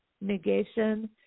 negation